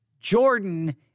Jordan